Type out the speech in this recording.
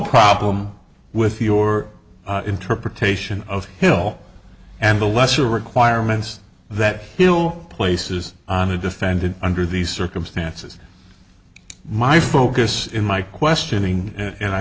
problem with your interpretation of the hill and the lesser requirements that hill places on a defendant under these circumstances my focus in my questioning and i